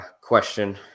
question